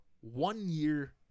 one-year